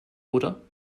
oder